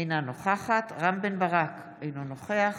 אינה נוכחת רם בן ברק, אינו נוכח